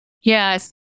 Yes